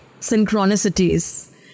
synchronicities